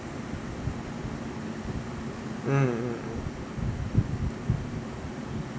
mm mm mm